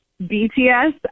BTS